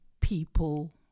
people